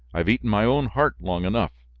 i have eaten my own heart long enough.